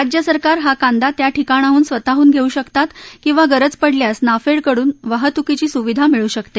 राज्यसरकारं हा कांदा त्या ठिकाणाहून स्वतःहून धेऊ शकतात किंवा गरज पडल्यास नाफेड कडून वाहतुकीची सुविधा मिळू शकते